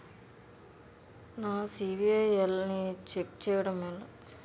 నా సిబిఐఎల్ ని ఛెక్ చేయడం ఎలా?